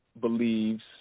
Believes